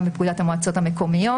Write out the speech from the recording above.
גם בפקודת המועצות המקומיות